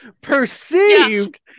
perceived